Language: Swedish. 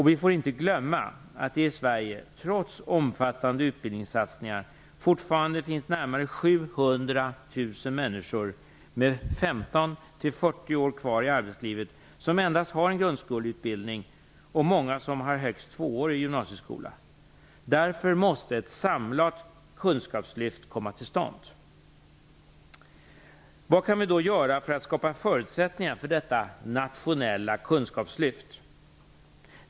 Vi får inte glömma att det i Sverige, trots omfattande utbildningssatsningar, fortfarande finns närmare 700 000 människor med 15-40 år kvar i arbetslivet som endast har en grundskoleutbildning och många som har högst tvåårig gymnasieskola. Därför måste ett samlat kunskapslyft komma till stånd. Vad kan vi då göra för att skapa förutsättningar för detta nationella kunskapslyft?